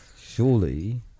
surely